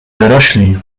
dorośli